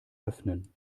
öffnen